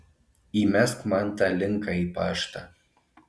įmesk man tą linką į paštą